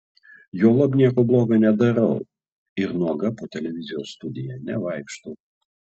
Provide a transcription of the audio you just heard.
juolab nieko blogo nedarau ir nuoga po televizijos studiją nevaikštau